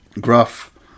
gruff